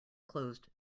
closed